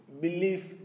belief